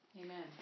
Amen